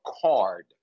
card